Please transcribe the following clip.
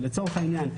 לצורך העניין,